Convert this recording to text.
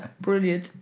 Brilliant